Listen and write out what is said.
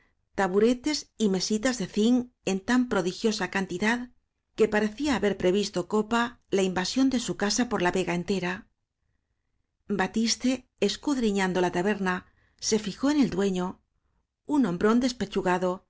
taburetes y mesitas de zinc en tan prodi giosa cantidad que parecía ha ber previsto copa la invasión de su casa üfgfo por la vega entera batiste escudri ñando la taberna se fijó en el dueño un hombrón